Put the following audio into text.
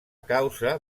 causa